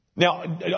Now